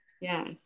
Yes